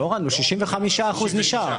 לא הורדנו, 65 אחוז נשאר.